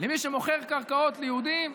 למי שמוכר קרקעות ליהודים.